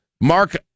Mark